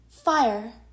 fire